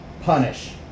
punish